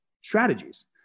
strategies